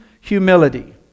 humility